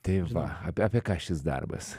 tai va apie ką šis darbas